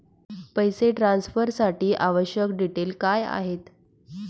पैसे ट्रान्सफरसाठी आवश्यक डिटेल्स काय आहेत?